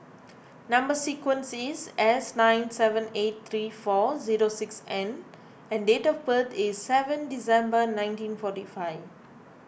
Number Sequence is S nine seven eight three four zero six N and date of birth is seven December nineteen forty five